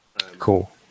Cool